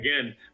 again